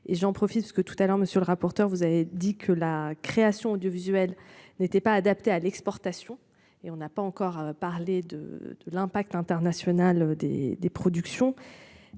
Et j'en profite. Ce que tout à l'heure monsieur le rapporteur. Vous avez dit que la création audiovisuelle n'était pas adapté à l'exportation et on n'a pas encore parler de l'impact international des des productions.